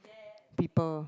people